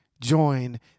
join